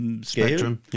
spectrum